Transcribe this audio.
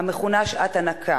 המכונה "שעת הנקה",